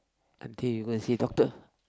until you go and see doctor